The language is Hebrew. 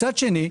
מצד שני,